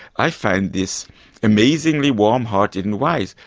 i find this amazingly warm-hearted and wise.